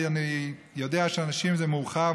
כי אני יודע שלאנשים זה מאוחר,